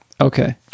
Okay